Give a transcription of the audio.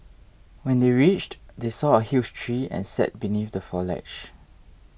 when they reached they saw a huge tree and sat beneath the foliage